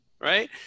right